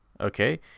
Okay